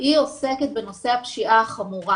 עוסקת בנושא הפשיעה החמורה.